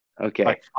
Okay